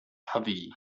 heavy